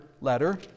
letter